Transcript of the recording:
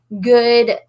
good